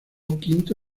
quinto